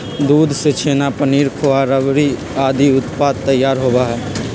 दूध से छेना, पनीर, खोआ, रबड़ी आदि उत्पाद तैयार होबा हई